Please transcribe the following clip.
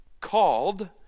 called